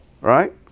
right